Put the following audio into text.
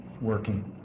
working